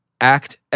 act